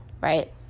right